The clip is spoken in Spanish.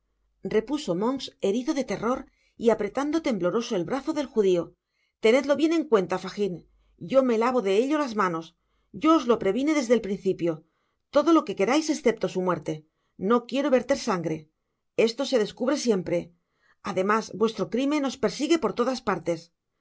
repuso monks herido de terror y apretando tembloroso el brazo del judio tenedlo bien en cuenta fagin yo me lavo de ello las manos ya os lo previne desde el principio todo lo que querais esceplo su muerte no quiero verter sangre esto se descubre siempre además vuestro crimen os persigue por todas partes